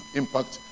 impact